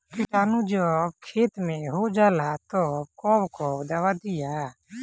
किटानु जब खेत मे होजाला तब कब कब दावा दिया?